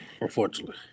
unfortunately